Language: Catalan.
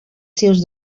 seus